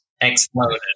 exploded